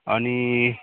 अनि